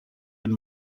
and